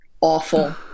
awful